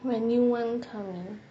when new one come